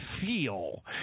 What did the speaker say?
feel